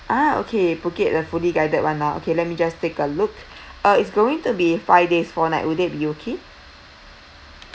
ah okay phuket the fully guided one lah okay let me just take a look uh it's going to be five days four nights would that be okay